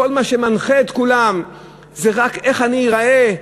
כל מה שמנחה את כולם זה רק איך אני איראה,